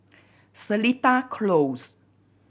Seletar Close